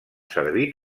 servir